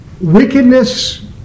Wickedness